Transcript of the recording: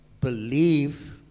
believe